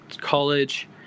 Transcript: college